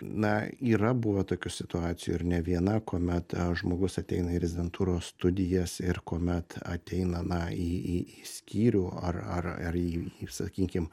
na yra buvę tokių situacijų ir ne viena kuomet žmogus ateina į rezidentūros studijas ir kuomet ateina na į į skyrių ar ar į sakykim